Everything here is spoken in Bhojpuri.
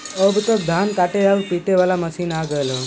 अब त धान काटे आउर पिटे वाला मशीन आ गयल हौ